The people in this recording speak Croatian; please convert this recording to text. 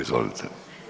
Izvolite.